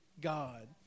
God